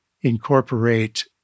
incorporate